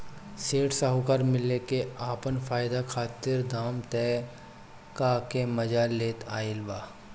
सेठ साहूकार मिल के आपन फायदा खातिर दाम तय क के मजा लेत आइल बा